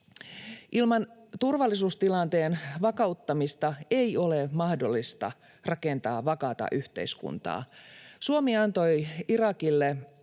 Ilman turvallisuustilanteen vakauttamista ei ole mahdollista rakentaa vakaata yhteiskuntaa. Suomi antoi Irakille